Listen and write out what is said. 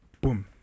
Boom